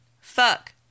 fuck